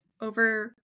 over